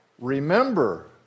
remember